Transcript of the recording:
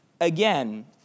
again